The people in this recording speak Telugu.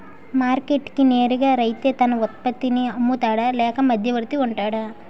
మార్కెట్ కి నేరుగా రైతే తన ఉత్పత్తి నీ అమ్ముతాడ లేక మధ్యవర్తి వుంటాడా?